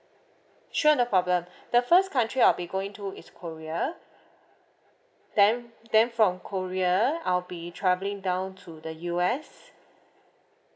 sure no problem the first country I'll be going to is korea then then from korea I'll be travelling down to the U_S